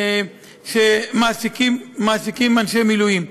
שמעסיקים אנשי מילואים.